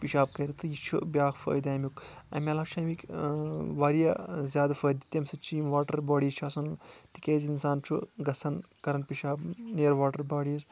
پَشان کرِ تہٕ یہِ چھُ بیاکھ فٲیدٕ امیُک امہِ علاوٕ چھِ امیِکۍ واریاہ زیادٕ فٲیدٕ تمہِ سۭتۍ چھِ یِم واٹر باڈیٖز چھِ آسان تِکیٛازِ انسان چھُ گژھان کران پِشان نِیر واٹر باڈیٖز